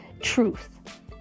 truth